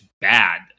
bad